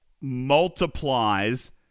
multiplies